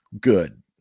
good